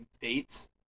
dates